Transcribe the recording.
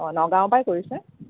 অ নগাঁৱৰ পৰাই কৰিছে